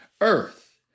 Earth